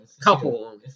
Couple